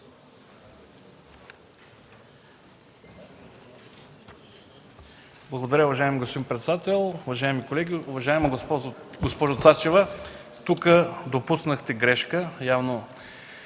Благодаря. Уважаеми господин председател, уважаеми колеги! Уважаема госпожо Цачева, тук допуснахте грешка. Явно